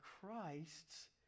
Christ's